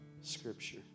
Scripture